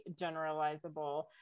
generalizable